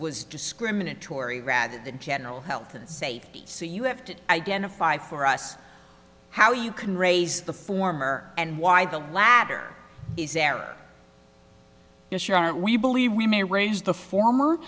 was discriminatory rather than general health and safety so you have to identify for us how you can raise the former and why the latter is there yes your honor we believe we may raise the former